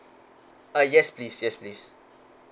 uh yes please yes please